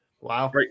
Wow